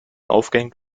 aufgehängt